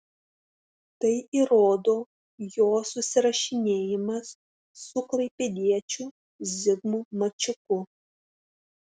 tai įrodo jo susirašinėjimas su klaipėdiečiu zigmu mačiuku